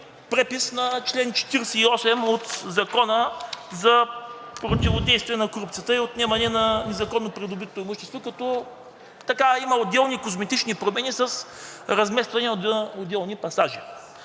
препис на чл. 48 от Закона за противодействие на корупцията и отнемане на незаконно придобитото имущество, като има отделни козметични промени с разместване на отделни пасажи.